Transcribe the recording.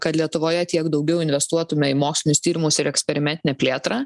kad lietuvoje tiek daugiau investuotume į mokslinius tyrimus ir eksperimentinę plėtrą